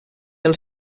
del